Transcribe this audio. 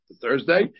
Thursday